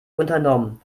unternommen